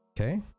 okay